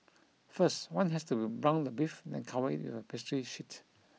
first one has to be brown the beef then cover it with a pastry sheet